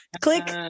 Click